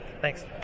Thanks